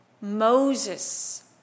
Moses